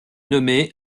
nommé